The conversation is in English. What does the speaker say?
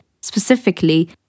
specifically